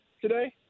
today